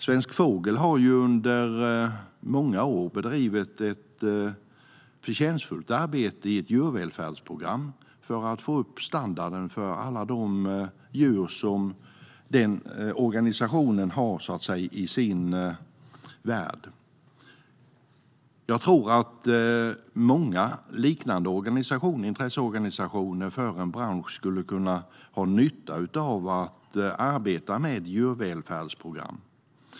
Svensk Fågel har under många år bedrivit ett förtjänstfullt arbete i ett djurvälfärdsprogram för att få upp standarden för alla de djur som den organisationen har i sin värld. Jag tror att många liknande intresseorganisationer för en bransch skulle kunna ha nytta av att arbeta med djurvälfärdsprogram.